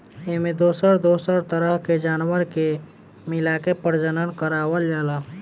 एमें दोसर दोसर तरह के जानवर के मिलाके प्रजनन करवावल जाला